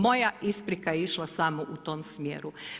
Moja isprika je išla samo u tom smjeru.